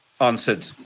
answered